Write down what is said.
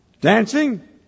dancing